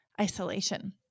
isolation